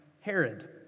Herod